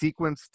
sequenced